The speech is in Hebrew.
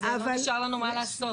אז לא נשאר לנו מה לעשות.